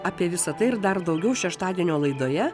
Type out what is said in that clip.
apie visa tai ir dar daugiau šeštadienio laidoje